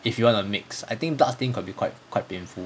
if you want to mix I think bloodstain could be quite quite painful